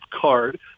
card